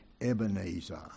Ebenezer